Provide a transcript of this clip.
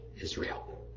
Israel